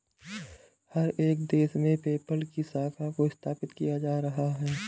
हर एक देश में पेपल की शाखा को स्थापित किया जा रहा है